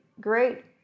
great